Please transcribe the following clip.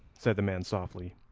said the man softly,